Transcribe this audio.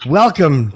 welcome